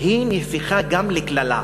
היא נהפכה גם לקללה.